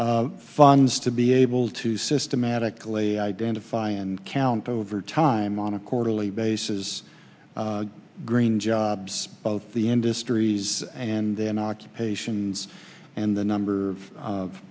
funds to be able to systematically identify and count over time on a quarterly basis green jobs both the industries and then occupations and the number of